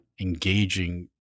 engaging